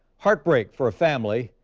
heartbreak for a family.